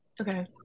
Okay